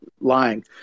lying